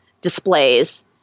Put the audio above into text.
displays